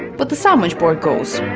but the sandwich board goes.